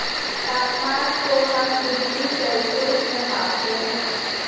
तापमान को हम डिग्री सेल्सियस में मापते है